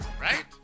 Right